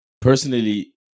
Personally